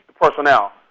personnel